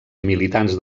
militants